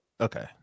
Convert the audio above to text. okay